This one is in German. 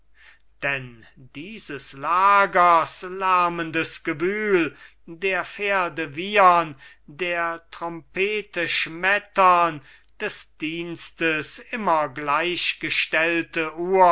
denn dieses lagers lärmendes gewühl der pferde wiehern der trompete schmettern des dienstes immer gleichgestellte